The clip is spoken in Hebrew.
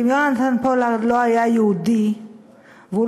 כי אם יהונתן פולארד לא היה יהודי והוא